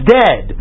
dead